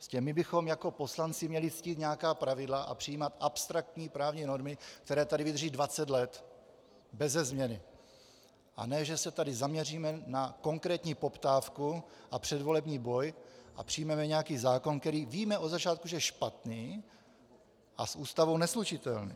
S těmi bychom jako poslanci měli ctít nějaká pravidla a přijímat abstraktní právní normy, které tady vydrží 20 let beze změny, a ne že se tady zaměříme na konkrétní poptávku a předvolební boj a přijmeme nějaký zákon, o kterém od začátku víme, že je špatný a s Ústavou neslučitelný.